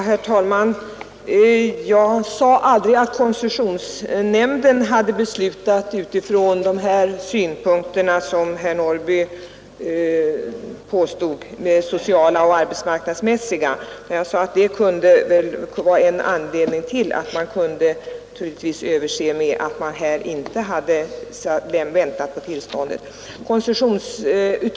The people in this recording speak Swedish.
Herr talman! Jag sade aldrig att koncessionsnämnden hade beslutat utifrån de synpunkter som herr Norrby i Åkersberga påstod med åberopande av sociala och arbetsmarknadsmässiga skäl. Jag sade att det kunde vara en anledning till att man kunde överse med att bolaget inte väntat på tillståndet.